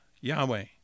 Yahweh